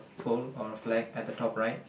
pole or a flag at the top right